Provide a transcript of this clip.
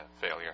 Failure